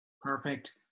Perfect